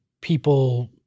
people –